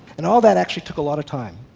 and all that actually took a lot of time.